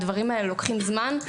הדברים האלה לוקחים זמן,